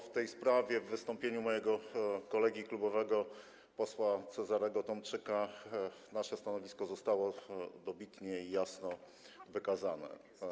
W tej sprawie w wystąpieniu mojego kolegi klubowego posła Cezarego Tomczyka nasze stanowisko zostało dobitnie i jasno przedstawione.